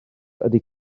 ydy